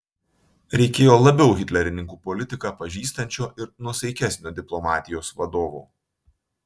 reikėjo labiau hitlerininkų politiką pažįstančio ir nuosaikesnio diplomatijos vadovo